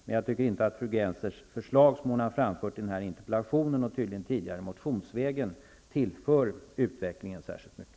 Men jag tycker att de förslag som fru Gennser har framfört i den här interpellationen och tidigare tydligen motionsvägen inte tillför utvecklingen särskilt mycket.